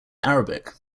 arabic